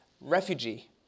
refugee